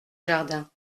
jardin